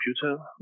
computer